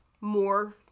more